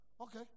Okay